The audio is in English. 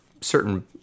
certain